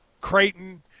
Creighton